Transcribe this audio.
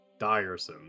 Dyerson